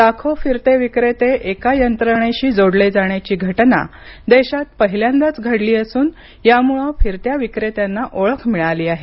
लाखो फिरते विक्रेते एका यंत्रणेशी जोडले जाण्याची घटना देशात पहिल्यांदाच घडली असून यामुळे फिरत्या विक्रेत्यांना ओळख मिळाली आहे